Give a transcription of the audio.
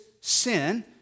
sin